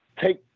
take